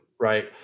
Right